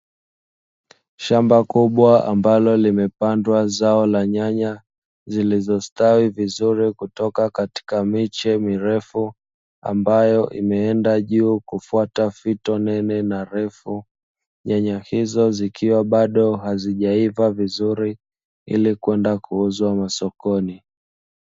Shamba kubwa ambalo limepandwa zao la nyanya zilizostawi vizuri kutoka katika miche mirefu, ambayo imeenda juu kufuata fito nene na refu. Nyanya hizo zikiwa bado hazijaiva vizuri ili kwenda kuuzwa masokoni.